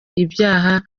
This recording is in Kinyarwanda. ibyaha